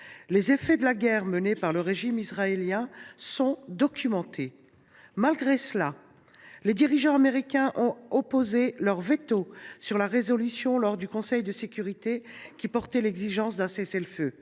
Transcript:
Les effets de la guerre menée par le régime israélien sont documentés. Malgré cela, les dirigeants américains ont opposé leur veto au Conseil de sécurité sur une proposition de résolution qui portait l’exigence d’un cessez le feu.